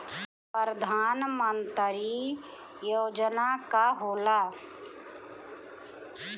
परधान मंतरी योजना का होला?